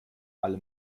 alle